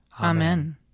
Amen